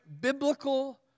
biblical